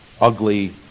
ugly